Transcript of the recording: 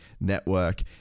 network